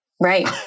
Right